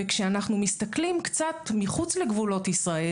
וכשאנחנו מסתכלים קצת מחוץ לגבולות ישראל,